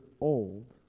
old